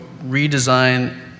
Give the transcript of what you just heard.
redesign